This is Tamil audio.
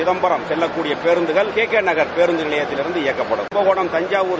சிதம்பாம் செல்லக்கூடிய பேருந்துகள் கே கே நகர் பேருந்து நிலையக்கிலிருந்து இயக்கப்படும் கும்பகோணம் தன்சாவர்